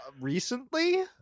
recently